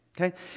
Okay